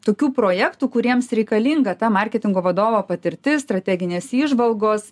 tokių projektų kuriems reikalinga ta marketingo vadovo patirtis strateginės įžvalgos